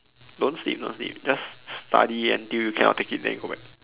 don't sleep don't sleep just study until you cannot take it then you go back